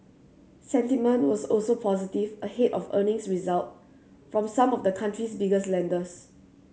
sentiment was also positive ahead of earnings results from some of the country's biggest lenders